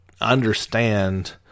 understand